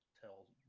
tell